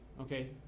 okay